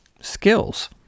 skills